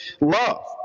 love